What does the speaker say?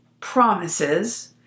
promises